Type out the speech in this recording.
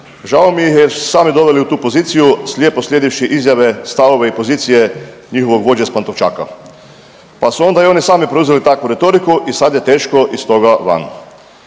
je jer su se sami doveli u tu poziciju slijepo slijedeći izjave, stavove i pozicije njihovog vođe s Pantovčaka, pa su onda i oni sami preuzeli takvu retoriku i sad je teško iz toga van.